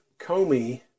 Comey